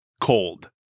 cold